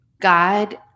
God